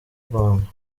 rwanda